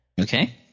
Okay